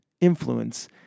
influence